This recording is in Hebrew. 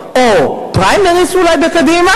ומיד לאחר מכן,